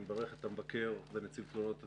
אני מברך את המבקר ונציב תלונות הציבור,